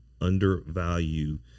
undervalue